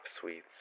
suites